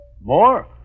More